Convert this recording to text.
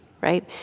right